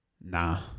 nah